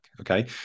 okay